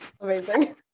Amazing